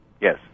Yes